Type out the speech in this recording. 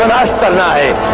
alive